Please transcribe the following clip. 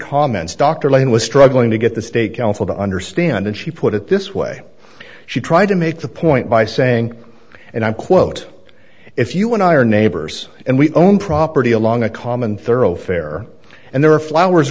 comments dr lane was struggling to get the state council to understand and she put it this way she tried to make the point by saying and i'm quote if you want our neighbors and we own property along a common thoroughfare and there are flowers